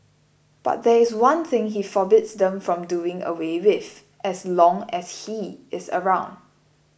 but there is one thing he forbids them from doing away with as long as he is around